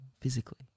physically